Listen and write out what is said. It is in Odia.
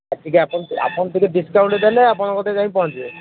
ଟିକେ ଆପଣ ଟିକେ ଡିସକାଉଣ୍ଟ ଦେଲେ ଆପଣଙ୍କ କତିରେ ପହଞ୍ଚିବେ